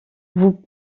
vous